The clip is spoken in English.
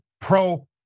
pro